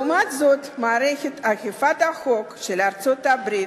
לעומת זאת, מערכת אכיפת החוק של ארה"ב,